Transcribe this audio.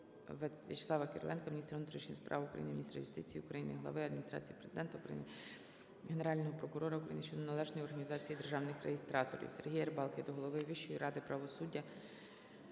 Кириленка, міністра внутрішніх справ України, міністра юстиції України, глави Адміністрації Президента України, Генерального прокурора України щодо належної організації роботи державних реєстраторів. Сергія Рибалки до голови Вищої ради правосуддя